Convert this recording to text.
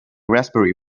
raspberry